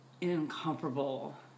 incomparable